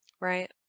Right